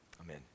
amen